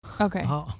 Okay